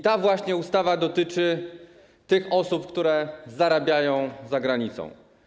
Ta właśnie ustawa dotyczy tych osób, które zarabiają za granicą.